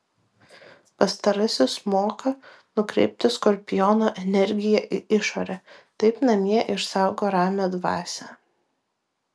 pastarasis moka nukreipti skorpiono energiją į išorę taip namie išsaugo ramią dvasią